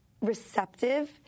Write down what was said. receptive